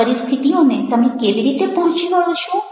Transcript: આવી પરિસ્થિતિઓને તમે કેવી રીતે પહોંચી વળો છો